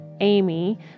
Amy